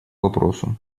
вопросу